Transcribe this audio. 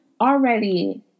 already